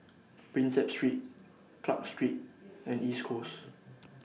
Prinsep Street Clarke Street and East Coast